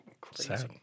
crazy